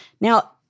Now